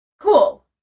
Cool